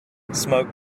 smoke